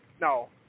no